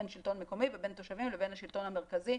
שלטון מקומי ובין תושבים לבין השלטון המרכזי,